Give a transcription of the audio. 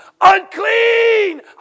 Unclean